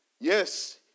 yes